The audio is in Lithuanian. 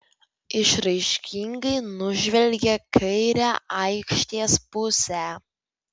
išraiškingai nužvelgė kairę aikštės pusę